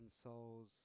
souls